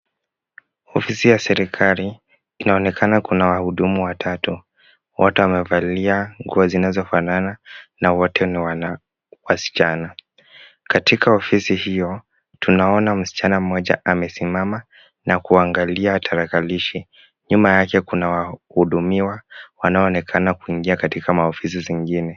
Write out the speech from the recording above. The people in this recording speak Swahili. Ofisi ya serikali inaonekana kuna wahudumu watatu. Wote wamevalia nguo zinazofanana na wote ni wasichana. Katika ofisi hiyo, tunaona msichana mmoja amesimama na kuangalia tarakilishi. Nyuma yake kuna wahudumiwa wanaoonekana kuingia katika maofisi zingine.